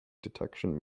detection